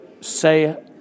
say